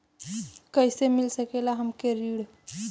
कइसे मिल सकेला हमके ऋण?